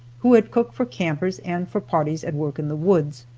who had cooked for campers and for parties at work in the woods.